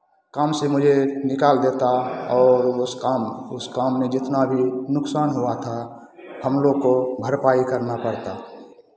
काम से मुझे निकाल देता और उस काम उस काम में जितना भी नुकसान हुआ था हम लोग को भरपाई करना पड़ता